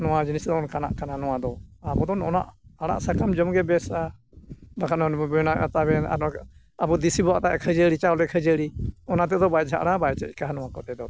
ᱱᱚᱣᱟ ᱡᱤᱱᱤᱥ ᱫᱚ ᱚᱱᱠᱟᱱᱟᱜ ᱠᱟᱱᱟ ᱱᱚᱣᱟ ᱫᱚ ᱟᱵᱚ ᱫᱚ ᱱᱚᱜᱼᱚ ᱱᱚᱣᱟ ᱟᱲᱟᱜ ᱥᱟᱠᱟᱢ ᱡᱚᱢ ᱜᱮ ᱵᱮᱥᱟ ᱵᱟᱠᱷᱟᱱ ᱚᱱᱮ ᱵᱚᱱ ᱵᱮᱱᱟᱣᱮᱜᱼᱟ ᱛᱟᱵᱮᱱ ᱟᱵᱚ ᱫᱮᱥᱤ ᱵᱚᱱ ᱟᱛᱟᱭᱮᱜ ᱠᱷᱟᱹᱡᱟᱹᱲᱤ ᱪᱟᱣᱞᱮ ᱠᱷᱟᱹᱡᱟᱹᱲᱤ ᱚᱱᱟ ᱛᱮᱫᱚ ᱵᱟᱭ ᱪᱷᱟᱜ ᱲᱟᱣᱟ ᱵᱟᱭ ᱪᱤᱠᱟᱹᱣᱟ ᱱᱚᱣᱟ ᱠᱚᱛᱮ ᱫᱚ